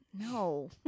No